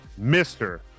Mr